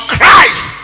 Christ